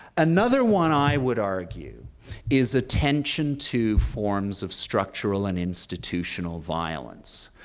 another one i would argue is attention to forms of structural and institutional violence,